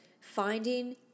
finding